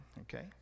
Okay